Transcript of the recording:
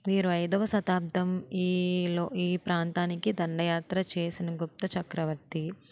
వీరు ఐదవ శతాబ్దం ఈ లో ఈ ప్రాంతానికి దండయాత్ర చేసిన గుప్త చక్రవర్తి